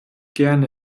gerne